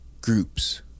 groups